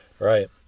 Right